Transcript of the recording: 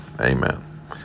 amen